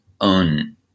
own